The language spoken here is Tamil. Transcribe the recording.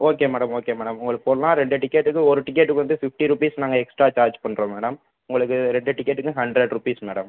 ஓகே மேடம் ஓகே மேடம் உங்களுக்கு போடலாம் ரெண்டு டிக்கெட்டுக்கு ஒரு டிக்கெட்டுக்கு வந்து ஃபிப்டி ரூபீஸ் நாங்கள் எக்ஸ்ட்ரா சார்ஜ் பண்ணுறோம் மேடம் உங்களுக்கு ரெண்டு டிக்கெட்டுக்கும் ஹண்ட்ரடு ரூபீஸ் மேடம்